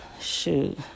Shoot